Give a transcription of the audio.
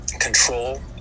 control